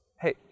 hey